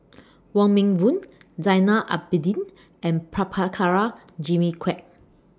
Wong Meng Voon Zainal Abidin and Prabhakara Jimmy Quek